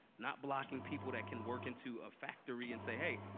not blocking people that can work into a factory and say, hey,